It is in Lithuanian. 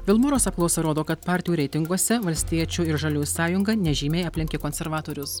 vilmorus apklausa rodo kad partijų reitinguose valstiečių ir žaliųjų sąjunga nežymiai aplenkė konservatorius